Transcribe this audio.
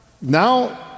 Now